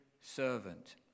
servant